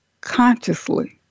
consciously